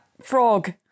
Frog